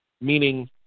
Meaning